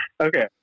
okay